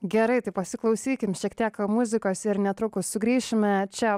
gerai tai pasiklausykim šiek tiek muzikos ir netrukus sugrįšime čia